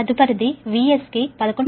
తదుపరిది VS కి 11